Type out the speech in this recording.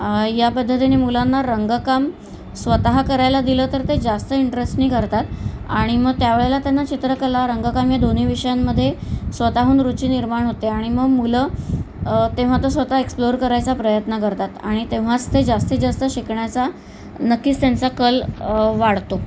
या पद्धतीने मुलांना रंगकाम स्वतः करायला दिलं तर ते जास्त इंटरेस्टने करतात आणि मग त्यावेळेला त्यांना चित्रकला रंगकाम या दोन्ही विषयांमध्ये स्वतःहून रुची निर्माण होते आणि मग मुलं तेव्हा तर स्वतः एक्सप्लोर करायचा प्रयत्न करतात आणि तेव्हाच ते जास्तीत जास्त शिकण्याचा नक्कीच त्यांचा कल वाढतो